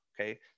Okay